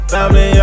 Family